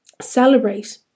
celebrate